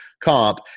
comp